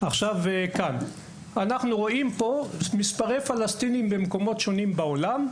- כאן אנו רואים את מספרי הפלסטינים במקומות שונים בעולם,